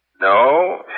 No